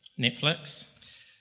Netflix